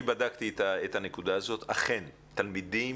אני בדקתי את הנקודה הזאת ומצאתי שתלמידים